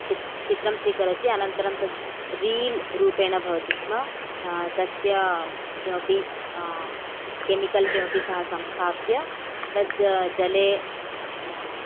चि चित्रं स्वीकरोति अनन्तरं तद् रील् रूपेण भवति स्म तस्य किमपि केमिकल् किमपि सह संस्थाप्य तद् जले